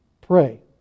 Pray